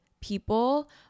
people